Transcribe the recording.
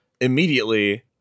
immediately